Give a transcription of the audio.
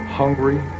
hungry